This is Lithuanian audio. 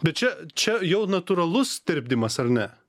bet čia čia jau natūralus tirpdymas ar ne